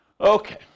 Okay